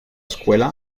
escuela